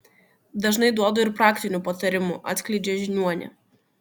dažnai duodu ir praktinių patarimų atskleidžia žiniuonė